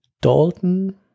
Dalton